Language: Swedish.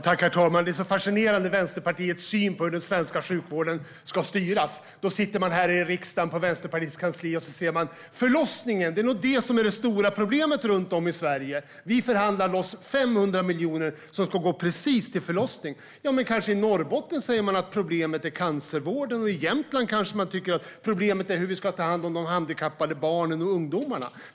Herr talman! Det som fascinerar är Vänsterpartiets syn på hur den svenska sjukvården ska styras. Man sitter här i riksdagen, på Vänsterpartiets kansli, och säger: Förlossningen är nog det stora problemet runt om i Sverige. Vi förhandlar loss 500 miljoner som ska gå till just förlossning. Ja, men i Norrbotten säger man kanske att problemet är cancervården. I Jämtland kanske man tycker att problemet är hur vi ska ta hand om de handikappade barnen och ungdomarna.